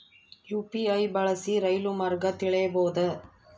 UPI ಬಳಸಿ ರೈಲು ಮಾರ್ಗ ತಿಳೇಬೋದ?